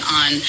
on